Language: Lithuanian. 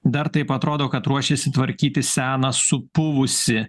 dar taip atrodo kad ruošėsi tvarkyti seną supuvusį